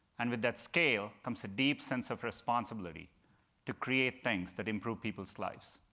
and with that scale comes a deep sense of responsibility to create things that improve people's lives.